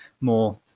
more